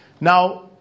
Now